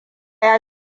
ya